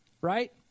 right